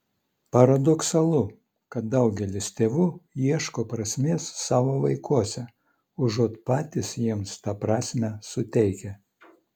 paradoksalu kad daugelis tėvų ieško prasmės savo vaikuose užuot patys jiems tą prasmę suteikę